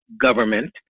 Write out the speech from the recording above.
government